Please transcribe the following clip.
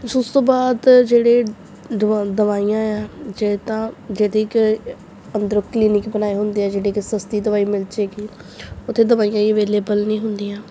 ਉਸ ਉਸ ਤੋਂ ਬਾਅਦ ਜਿਹੜੇ ਦਵਾ ਦਵਾਈਆਂ ਆ ਜੇ ਤਾਂ ਜਿਹਦੀ ਕਿ ਅੰਦਰ ਕਲੀਨਿਕ ਬਣਾਏ ਹੁੰਦੇ ਹੈ ਜਿਹੜੇ ਕਿ ਸਸਤੀ ਦਵਾਈ ਮਿਲ ਜਾਵੇਗੀ ਉੱਥੇ ਦਵਾਈਆਂ ਹੀ ਅਵੇਲੇਬਲ ਨਹੀਂ ਹੁੰਦੀਆਂ